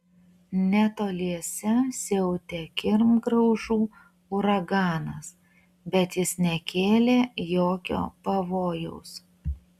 netoliese siautė kirmgraužų uraganas bet jis nekėlė jokio pavojaus